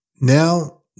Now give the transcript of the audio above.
now